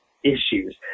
Issues